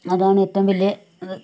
അതാണ് ഏറ്റവും വലിയ ഇത്